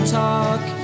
talk